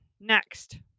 next